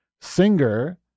Singer